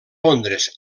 londres